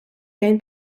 gain